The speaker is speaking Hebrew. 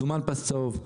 סומן פס צהוב,